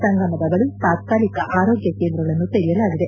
ಸಂಗಮದ ಬಳಿ ತಾತ್ಕಾಲಿಕ ಆರೋಗ್ಯ ಕೇಂದ್ರಗಳನ್ನು ತೆರೆಯಲಾಗಿದೆ